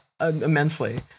immensely